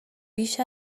بیش